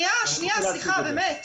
אני רוצה להגיב לזה.